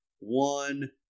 one